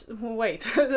wait